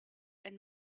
and